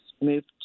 moved